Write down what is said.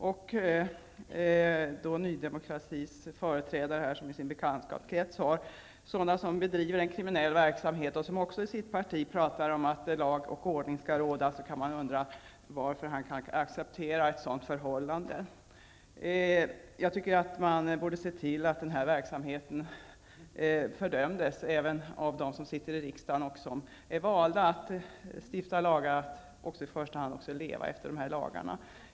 När Ny Demokratis företrädare i sin bekantskapskrets har personer som bedriver en kriminell verksamhet, samtidigt som man i hans parti talar om att lag och ordning skall råda, undrar jag hur han kan acceptera ett sådant förhållande. Man borde se till att denna verksamhet fördömdes, även av dem som är ledamöter av riksdagen och som är valda för att stifta lagar och i första hand också för att leva efter dem.